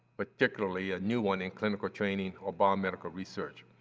particularly a new one in clinical training or biomedical research.